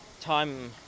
time